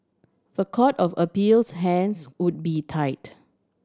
the Court of Appeal's hands would be tied